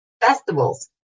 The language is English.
festivals